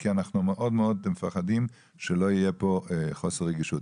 כי אנחנו מאוד מאוד מפחדים שלא יהיה פה חוסר רגישות.